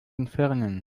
entfernen